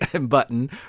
button